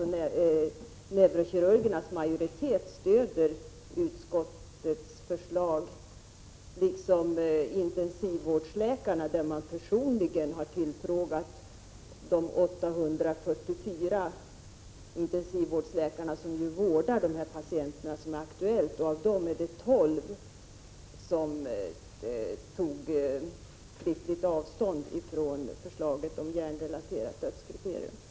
Också neurokirurgernas majoritet liksom intensivvårdsläkarna stöder utskottets förslag. Man har personligen tillfrågat de 844 intensivvårdsläkarna, som ju vårdar de patienter som är aktuella. Av dessa läkare har 12 tagit skriftligt avstånd från förslaget om hjärnrelaterat dödskriterium.